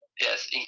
Yes